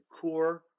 core